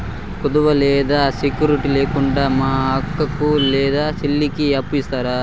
కుదువ లేదా సెక్యూరిటి లేకుండా మా అక్క లేదా చెల్లికి అప్పు ఇస్తారా?